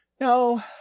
No